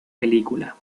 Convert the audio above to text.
película